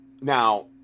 now